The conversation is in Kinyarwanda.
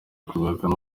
kubihakana